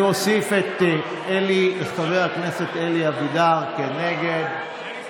אני מוסיף את חבר הכנסת אלי אבידר, נגד.